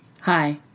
Hi